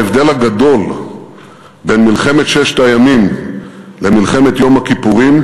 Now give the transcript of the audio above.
ההבדל הגדול בין מלחמת ששת הימים למלחמת יום הכיפורים,